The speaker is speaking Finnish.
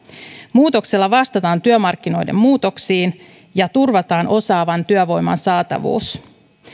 muutoksella vastataan työmarkkinoiden muutoksiin ja turvataan osaavan työvoiman saatavuus